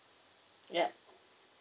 yup